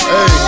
Hey